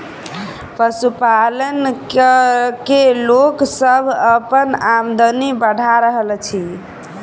पशुपालन क के लोक सभ अपन आमदनी बढ़ा रहल अछि